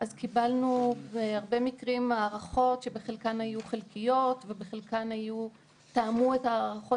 בהרבה מקרים קיבלנו הערכות שבחלקן היו חלקיות ובחלקן תאמו הערכות